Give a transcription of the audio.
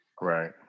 Right